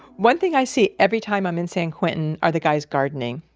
one thing i see every time i'm in san quentin are the guys gardening.